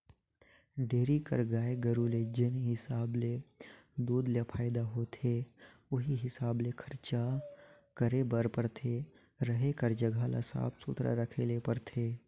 dairy कर गाय गरू ले जेन हिसाब ले दूद ले फायदा होथे उहीं हिसाब ले खरचा करे बर परथे, रहें कर जघा ल साफ सुथरा रखे ले परथे